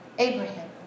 abraham